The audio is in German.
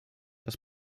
das